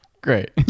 Great